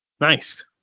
Nice